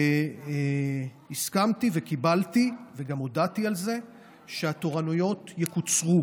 והסכמתי וקיבלתי וגם הודעתי על זה שהתורנויות יקוצרו,